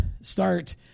start